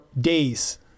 days